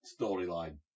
storyline